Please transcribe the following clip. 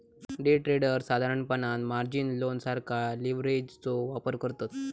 day traders साधारणपणान margin loan सारखा लीव्हरेजचो वापर करतत